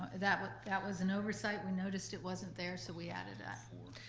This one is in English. that but that was an oversight. we noticed it wasn't there, so we added that. four.